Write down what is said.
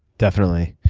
definitely.